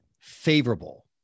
favorable